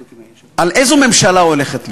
על, איזו ממשלה הולכת להיות.